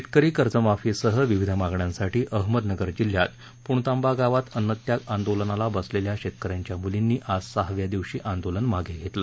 शेतकरी कर्जमाफीसह विविध मागण्यांसाठी अहमदनगर जिल्ह्यात पुणतांबा गावात अन्नत्याग आंदोलनाला बसलेल्या शेतक यांच्या मुलींनी आज सहाव्या दिवशी आंदोलन मागे घेतलं